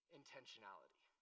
intentionality